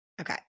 Okay